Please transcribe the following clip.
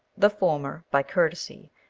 the former, by courtesy,